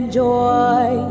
joy